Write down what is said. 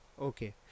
Okay